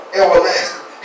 everlasting